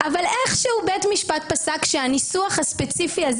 אבל איכשהו בית משפט פסק שהניסוח הספציפי הזה